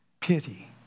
Pity